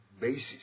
basis